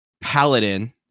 paladin